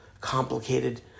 complicated